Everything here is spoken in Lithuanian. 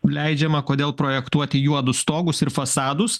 leidžiama kodėl projektuoti juodus stogus ir fasadus